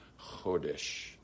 Chodesh